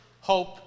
hope